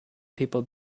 people